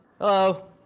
Hello